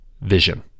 vision